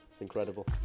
Incredible